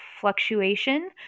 fluctuation